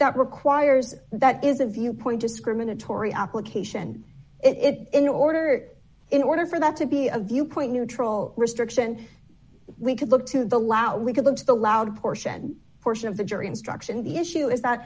that requires that is a viewpoint discriminatory application it in order in order for that to be a viewpoint neutral restriction we could look to the lout we could look to the loud portion portion of the jury instruction the issue is that